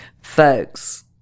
Folks